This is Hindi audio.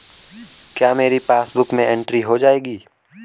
क्या मेरी पासबुक में एंट्री हो जाएगी?